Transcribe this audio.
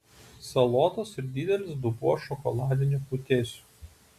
salotos ir didelis dubuo šokoladinių putėsių